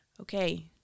Okay